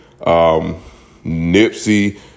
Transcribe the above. nipsey